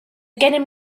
gennym